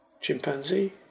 chimpanzee